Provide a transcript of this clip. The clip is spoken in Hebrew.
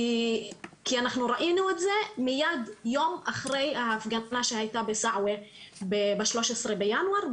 כי אנחנו ראינו את זה מיד יום אחרי ההפגנה שהייתה בסעווה ב-13 בינואר.